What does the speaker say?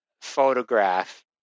photograph